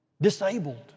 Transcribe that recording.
disabled